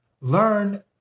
Learn